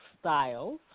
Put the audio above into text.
Styles